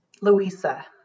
Louisa